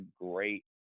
great